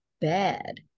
bad